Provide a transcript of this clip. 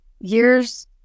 Years